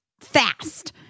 fast